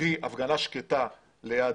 קרי, הפגנה שקטה ליד